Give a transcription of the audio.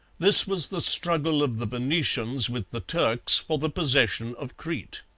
this was the struggle of the venetians with the turks for the possession of crete.